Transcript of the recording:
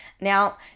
Now